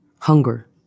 hunger